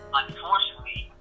unfortunately